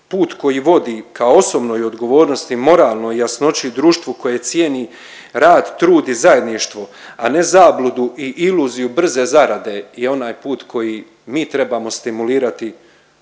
Put koji vodi ka osobnoj odgovornosti, moralnoj jasnoći, društvu koje cijeni rad, trud i zajedništvo, a ne zabludu i iluziju brze zarade i onaj put koji mi trebamo stimulirati kod